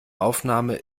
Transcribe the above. aufnahme